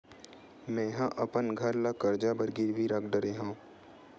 मेहा अपन घर ला कर्जा बर गिरवी रख डरे हव